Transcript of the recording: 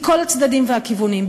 מכל הצדדים והכיוונים,